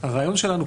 הרעיון שלנו,